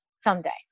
someday